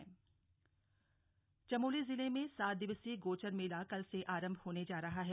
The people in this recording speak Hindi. गौचर मेला चमोली जिले मे सात दिवसीय गोचर मेला कल से आरंभ होने जा रहा हैं